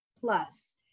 plus